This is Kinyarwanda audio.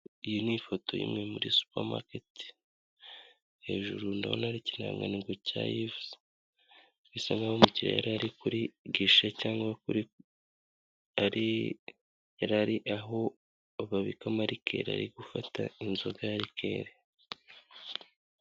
Iyi ni ifoto imwe muri supamaketi, hejuru ndabona ari ikirangantego cya livuzi, bisa nkaho umukiriya yarari kuri gishe, cyangwa yari ari aho babika amarikeri ari gufata inzoga ya rikeri.